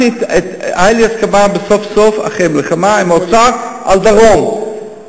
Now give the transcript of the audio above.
היתה לי הסכמה סוף-סוף אחרי מלחמה עם האוצר על מחוז הדרום,